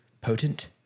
potent